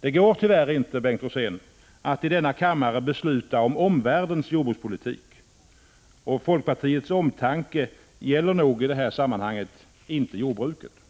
Det går tyvärr inte, Bengt Rosén, att i denna kammare besluta om omvärldens jordbrukspolitik. Folkpartiets omtanke gäller nog inte jordbruket i det här sammanhanget.